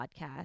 podcast